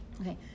Okay